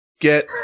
get